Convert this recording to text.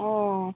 ও